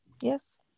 Yes